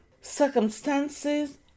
Circumstances